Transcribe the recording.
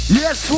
yes